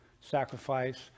sacrifice